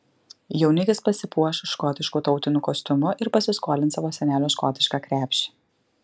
jaunikis pasipuoš škotišku tautiniu kostiumu ir pasiskolins savo senelio škotišką krepšį